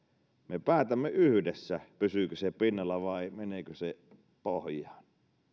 me päätämme yhdessä pysyykö se pinnalla vai meneekö se pohjaan